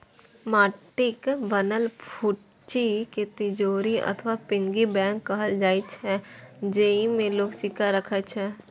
माटिक बनल फुच्ची कें तिजौरी अथवा पिग्गी बैंक कहल जाइ छै, जेइमे लोग सिक्का राखै छै